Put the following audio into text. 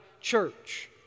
church